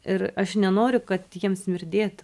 ir aš nenoriu kad jiems smirdėtų